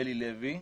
אלי לוי.